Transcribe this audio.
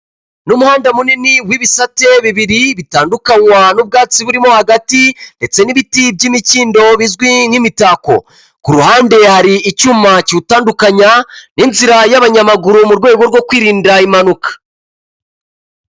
Ni umuhanda munini w'ibisate bibiri bitandukanywa n'ubwatsi burimo hagati ndetse n'ibiti by'imikindo bizwi nk'imitako, ku ruhande hari icyuma kiwutandukanya n'inzira y'abanyamaguru mu rwego rwo kwirinda impanuka.